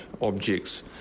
objects